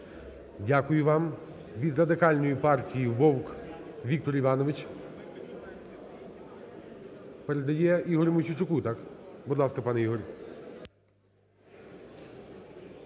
Дякую вам. Від Радикальної партії Вовк Віктор Іванович передає Ігорю Мосійчуку, так? Будь ласка, пане Ігор.